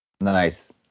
Nice